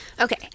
Okay